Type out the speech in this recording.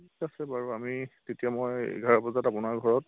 ঠিক আছে বাৰু আমি তেতিয়া মই এঘাৰ বজাত আপোনাৰ ঘৰত